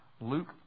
Luke